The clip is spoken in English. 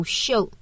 show